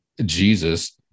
Jesus